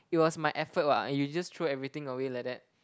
it was my effort what you just threw everything away like that